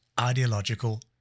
ideological